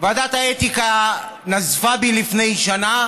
ועדת האתיקה נזפה בי לפני שנה